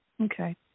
Okay